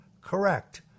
correct